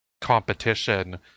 competition